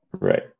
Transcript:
Right